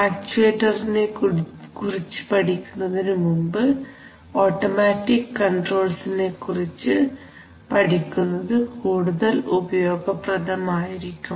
ആക്ചുവേറ്ററിനെക്കുറിച്ച് പഠിക്കുന്നതിന് മുമ്പ് ഓട്ടോമാറ്റിക് കൺട്രോൾസിനെകുറിച്ച് പഠിക്കുന്നത് കൂടുതൽ ഉപയോഗപ്രദം ആയിരിക്കും